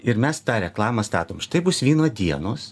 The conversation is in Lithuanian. ir mes tą reklamą statom štai bus vyno dienos